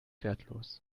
wertlos